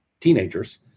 teenagers